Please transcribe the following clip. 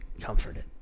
comforted